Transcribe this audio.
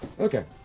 Okay